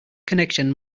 connection